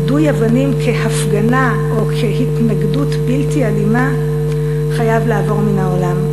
יידוי אבנים כהפגנה או כהתנגדות בלתי אלימה חייב לעבור מהעולם.